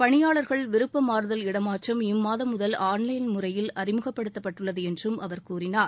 பணியாளர்கள் விருப்பமாறுதல் இடமாற்றம் இம்மாதம் முதல் முறையில் அறிமுகப்படுத்தப்பட்டுள்ளதுஎன்றும் அவர் கூறினார்